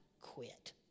quit